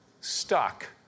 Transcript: stuck